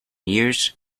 years